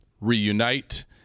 reunite